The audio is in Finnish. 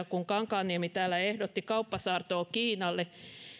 kun kankaanniemi täällä ehdotti kauppasaartoa kiinalle